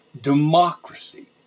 democracy